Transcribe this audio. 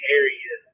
area